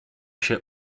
się